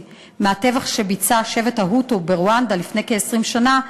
מהטבח שביצע שבט ההוטו ברואנדה לפני כ-20 שנה.